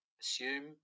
Assume